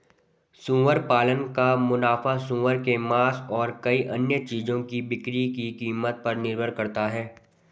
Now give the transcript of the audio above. सुअर पालन का मुनाफा सूअर के मांस और कई अन्य चीजों की बिक्री की कीमत पर निर्भर करता है